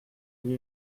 lui